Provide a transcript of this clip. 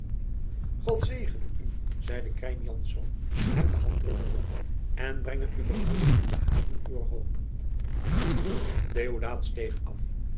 god zegene u zeide krijn jansz hem de hand drukkende en brenge u behouden in de haven uwer hoop deodaat steeg af